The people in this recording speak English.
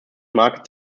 market